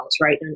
right